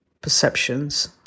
perceptions